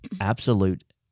absolute